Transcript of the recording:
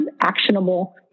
actionable